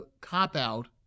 cop-out